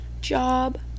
job